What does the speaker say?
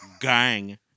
Gang